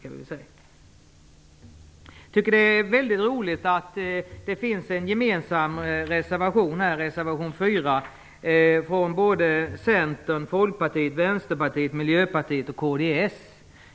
Jag tycker att det är väldigt roligt att det här finns en gemensam reservation, reservation 4, från Centern, Folkpartiet, Vänsterpartiet, Miljöpartiet och kds.